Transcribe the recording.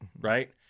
right